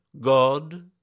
God